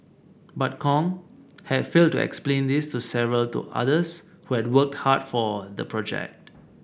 but Kong had failed to explain this to several to others who had worked hard for the project